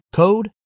code